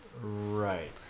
Right